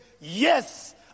yes